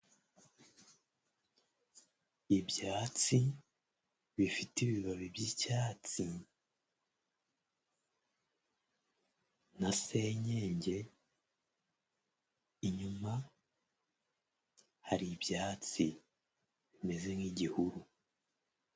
Ibyatsi bifite ibibabi by'icyatsi na senyege inyuma hari ibyatsi bimeze nk'igihuru.